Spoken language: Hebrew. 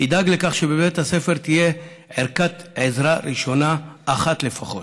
ידאג לכך שבבית הספר תהיה ערכת עזרה ראשונה אחת לפחות.